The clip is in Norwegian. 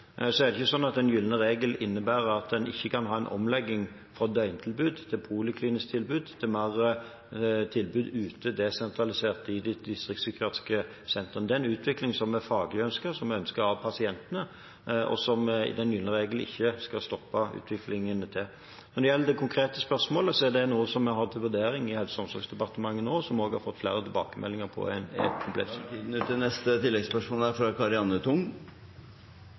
er ikke sånn at den gylne regel innebærer at en ikke kan ha en omlegging fra døgntilbud til poliklinisk tilbud til mer tilbud ute, desentralisert, i de distriktspsykiatriske sentrene. Det er en utvikling som vi faglig sett ønsker, som er ønsket av pasientene, og som den gylne regel ikke skal stoppe utviklingen av. Når det gjelder det konkrete spørsmålet, er det noe vi har til vurdering i Helse- og omsorgsdepartementet nå, og som vi også har fått flere tilbakemeldinger på er … Da er tiden ute! Karianne O. Tung